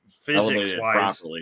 physics-wise –